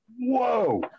whoa